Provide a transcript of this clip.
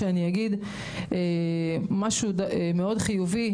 משהו חיובי,